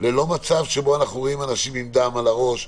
ללא מצב שבו אנחנו רואים אנשים עם דם על הראש,